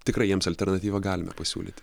tikrai jiems alternatyvą galime pasiūlyti